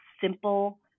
simple